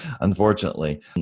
unfortunately